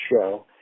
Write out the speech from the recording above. show